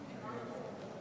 אדוני היושב-ראש,